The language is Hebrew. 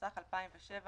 התשס"ח-2007